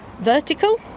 vertical